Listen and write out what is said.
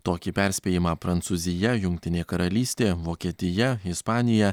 tokį perspėjimą prancūzija jungtinė karalystė vokietija ispanija